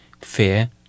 fear